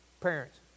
Parents